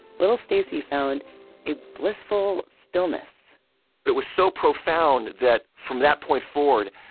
little stacy found a blissful stillness it was so profound that from that point forward,